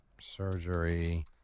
surgery